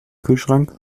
kühlschrank